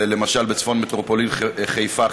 זה למשל בצפון מטרופולין חיפה,